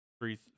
Three